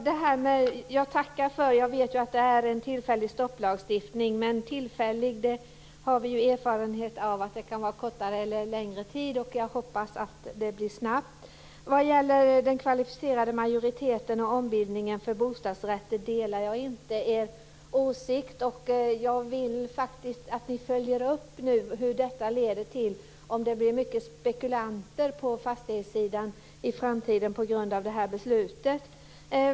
Fru talman! Jag tackar för det. Förvisso vet jag att det är en tillfällig stopplagstiftning. Vi har ju erfarenhet av att tillfälligt kan vara en kortare eller en längre tid men jag hoppas att det blir snabbt. Vad gäller detta med kvalificerad majoritet och ombildning till bostadsrätt delar jag inte er åsikt. Jag vill faktiskt att ni nu följer upp vad detta leder till - om det blir mycket spekulanter i framtiden på fastighetssidan på grund av det här beslutet.